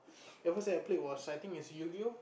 the first I played was I think is Yugioh